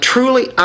Truly